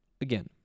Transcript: again